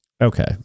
Okay